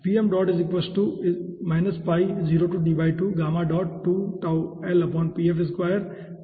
तो यह है